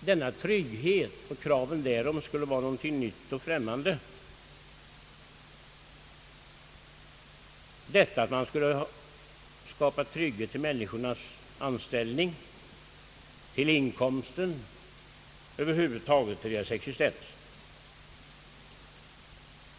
denna trygghet och kraven därom skulle vara något nytt och främmande, detia att man skulle skapa trygghet för människorna i fråga om anställning och utkomst, över huvud taget för deras existens.